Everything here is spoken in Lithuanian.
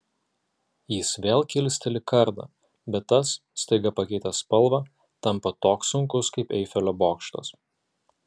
jis vėl kilsteli kardą bet tas staiga pakeitęs spalvą tampa toks sunkus kaip eifelio bokštas